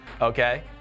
Okay